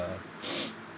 uh